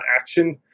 action